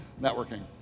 networking